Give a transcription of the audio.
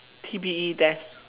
T B E test